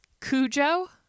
Cujo